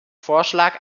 vorschlag